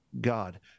God